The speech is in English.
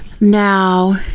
now